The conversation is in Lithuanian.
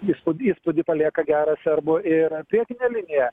įspūdį įspūdį palieka gerą serbų ir priekinė linija